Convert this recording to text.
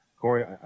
Corey